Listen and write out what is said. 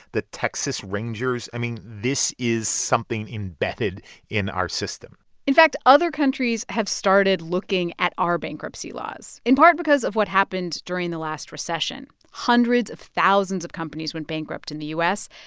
the texas rangers i mean, this is something embedded in our system in fact, other countries have started looking at our bankruptcy laws in part because of what happened during the last recession. hundreds of thousands of companies went bankrupt in the u s,